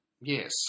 Yes